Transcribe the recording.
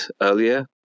earlier